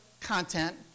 content